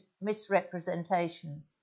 misrepresentation